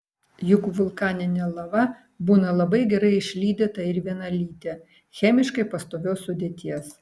juk vulkaninė lava būna labai gerai išlydyta ir vienalytė chemiškai pastovios sudėties